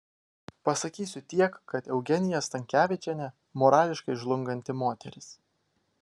pasakysiu tiek kad eugenija stankevičienė morališkai žlunganti moteris